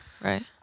Right